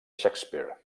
shakespeare